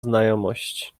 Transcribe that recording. znajomość